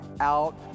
Out